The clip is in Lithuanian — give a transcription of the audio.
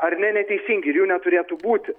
ar ne neteisingi ir jų neturėtų būti